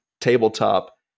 tabletop